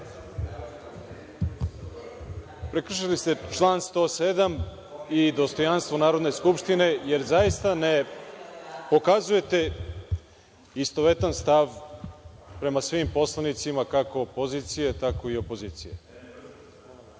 Prekršili ste član 107. i dostojanstvo Narodne skupštine, jer zaista ne pokazujete istovetan stav prema svim poslanicima kako pozicije, tako i opozicije. Ja